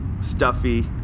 stuffy